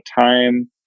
time